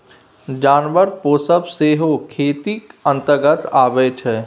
जानबर पोसब सेहो खेतीक अंतर्गते अबै छै